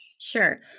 Sure